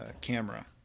camera